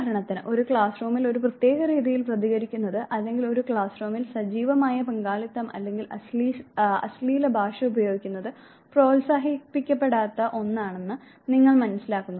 ഉദാഹരണത്തിന് ഒരു ക്ലാസ്റൂമിൽ ഒരു പ്രത്യേക രീതിയിൽ പ്രതികരിക്കുന്നത് അല്ലെങ്കിൽ ഒരു ക്ലാസ്റൂമിൽ സജീവമായ പങ്കാളിത്തം അല്ലെങ്കിൽ അശ്ലീല ഭാഷ ഉപയോഗിക്കുന്നത് പ്രോത്സാഹിപ്പിക്കപ്പെടാത്ത ഒന്നാണെന്ന് നിങ്ങൾ മനസ്സിലാക്കുന്നു